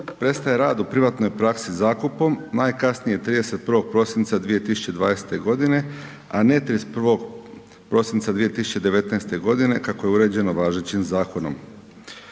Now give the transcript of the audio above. prestaje rad u privatnoj praksi zakupom najkasnije 31. prosinca 2020. godine, a ne 31. prosinca 2019. godine kako je uređeno važećim zakonom.